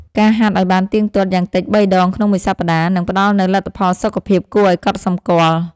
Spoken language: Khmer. ការហាត់ឱ្យបានទៀងទាត់យ៉ាងតិច ៣ ដងក្នុងមួយសប្តាហ៍ នឹងផ្ដល់នូវលទ្ធផលសុខភាពគួរឱ្យកត់សម្គាល់។